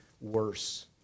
worse